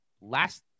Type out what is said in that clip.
Last